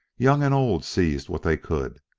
young and old seized what they could,